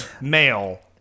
Male